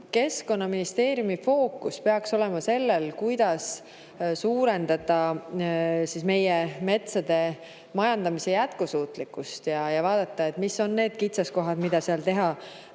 Keskkonnaministeeriumi fookus peaks olema sellel, kuidas parandada meie metsade majandamise jätkusuutlikkust. Tuleks vaadata, mis on kitsaskohad, mida tuleb teha,